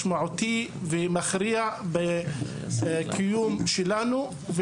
משמעותי ומכריע מאוד בקיום שלנו.